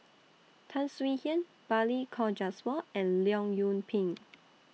Tan Swie Hian Balli Kaur Jaswal and Leong Yoon Pin